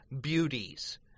beauties